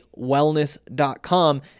wellness.com